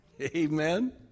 Amen